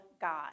God